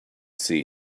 see